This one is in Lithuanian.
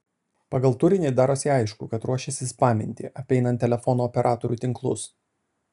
pagal turinį darosi aišku kad ruošiasi spaminti apeinant telefono operatorių tinklus